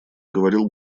говорил